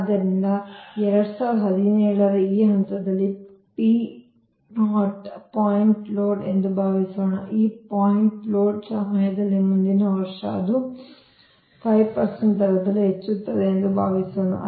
ಆದ್ದರಿಂದ ಈ 2017 ರ ಈ ಹಂತದಲ್ಲಿ ಪಾಯಿಂಟ್ ಲೋಡ್ ಎಂದು ಭಾವಿಸೋಣ ಈ ಪಾಯಿಂಟ್ ಲೋಡ್ ಸಮಯದಲ್ಲಿ ಮುಂದಿನ ವರ್ಷ ಅದು 5 ದರದಲ್ಲಿ ಹೆಚ್ಚುತ್ತಿದೆ ಎಂದು ಭಾವಿಸೋಣ